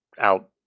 out